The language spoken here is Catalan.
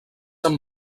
amb